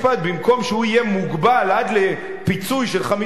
במקום שהוא יהיה מוגבל עד לפיצוי של 50,000,